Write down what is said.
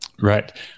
Right